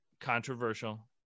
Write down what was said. controversial